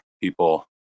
people